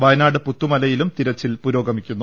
വയനാട് പ്പുത്തുമലയിലും തിരച്ചിൽ പുരോ ഗമിക്കുന്നു